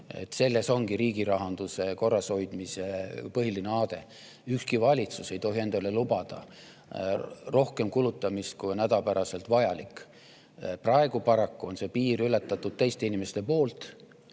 Selles ongi riigi rahanduse korrashoidmise põhiline aade: ükski valitsus ei tohi endale lubada rohkem kulutamist, kui on hädapäraselt vajalik. Praegu on see piir paraku teiste inimeste poolt